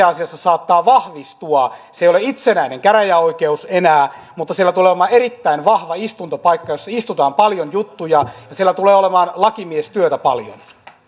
asiassa saattaa vahvistua se ei ole itsenäinen käräjäoikeus enää mutta siellä tulee olemaan erittäin vahva istuntopaikka jossa istutaan paljon juttuja ja siellä tulee olemaan lakimiestyötä paljon